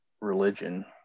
religion